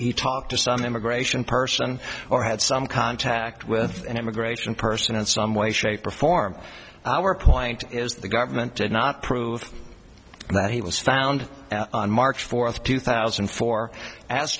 he talked to some immigration person or had some contact with an immigration person in some way shape or form our point is the government did not prove that he was found on march fourth two thousand and four as